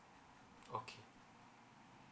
okay